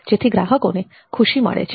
જેથી ગ્રાહકોની ખુશી મળે છે